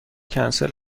کنسل